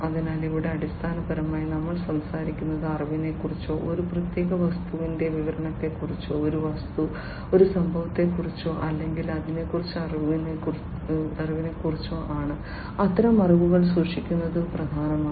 അതിനാൽ ഇവിടെ അടിസ്ഥാനപരമായി നമ്മൾ സംസാരിക്കുന്നത് അറിവിനെക്കുറിച്ചോ ഒരു പ്രത്യേക വസ്തുവിന്റെ വിവരണത്തെക്കുറിച്ചോ ഒരു വസ്തു ഒരു സംഭവത്തെക്കുറിച്ചോ അല്ലെങ്കിൽ അതിനെക്കുറിച്ചുള്ള അറിവിനെക്കുറിച്ചോ ആണ് അത്തരം അറിവുകൾ സൂക്ഷിക്കുന്നത് പ്രധാനമാണ്